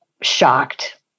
shocked